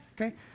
Okay